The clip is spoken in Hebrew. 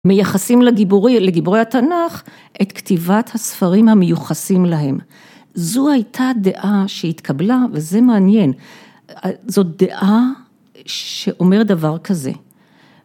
מייחסים לגיבורי לגיבורי התנ״ך את כתיבת הספרים המיוחסים להם. זו הייתה דעה שהתקבלה וזה מעניין, זאת דעה שאומרת דבר כזה.